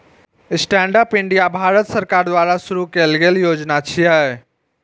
stand up India Bharat सरकार द्वारा शुरू कैल गेल योजना छियै